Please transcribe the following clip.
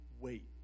wait